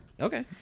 Okay